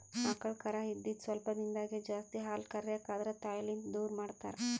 ಆಕಳ್ ಕರಾ ಇದ್ದಿದ್ ಸ್ವಲ್ಪ್ ದಿಂದಾಗೇ ಜಾಸ್ತಿ ಹಾಲ್ ಕರ್ಯಕ್ ಆದ್ರ ತಾಯಿಲಿಂತ್ ದೂರ್ ಮಾಡ್ತಾರ್